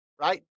right